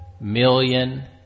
million